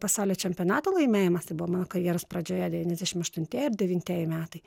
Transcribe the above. pasaulio čempionato laimėjimas tai buvo mano karjeros pradžioje devyniasdešim aštuntieji ir devintieji metai